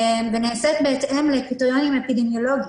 ונעשית בהתאם לקריטריונים אפידמיולוגיים.